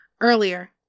Earlier